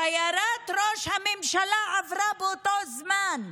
שיירת ראש הממשלה עברה באותו זמן.